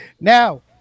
Now